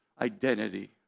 identity